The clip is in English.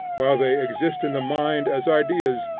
while they exist in the mind as ideas,